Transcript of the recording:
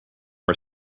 are